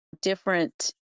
different